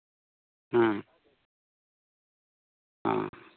ᱦᱮᱸ ᱦᱮᱸ